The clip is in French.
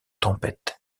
tempêtes